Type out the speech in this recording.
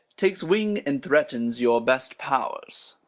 takes wing, and threatens your best pow'rs.